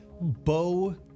Bo